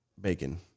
bacon